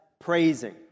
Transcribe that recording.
praising